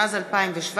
התשע"ז 2017,